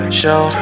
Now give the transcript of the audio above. show